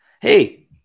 Hey